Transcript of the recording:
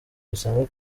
bisanzwe